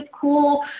cool